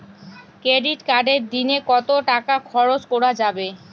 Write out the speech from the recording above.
Credit কার্ডে দিনে কত টাকা খরচ করা যাবে?